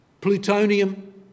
plutonium